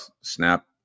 Snap